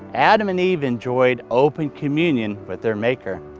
adam and eve enjoyed open communion with their maker.